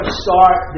start